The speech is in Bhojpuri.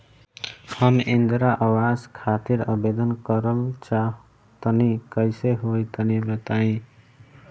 हम इंद्रा आवास खातिर आवेदन करल चाह तनि कइसे होई तनि बताई?